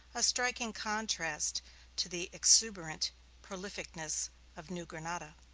a striking contrast to the exuberant prolificness of new grenada.